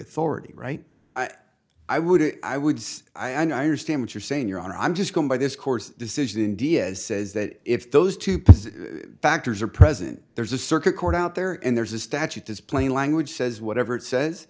authority right i would i would say i understand what you're saying your honor i'm just going by this course decision india says that if those two pieces factors are present there's a circuit court out there and there's a statute as plain language says whatever it says